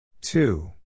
two